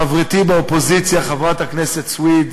חברתי באופוזיציה חברת הכנסת סויד,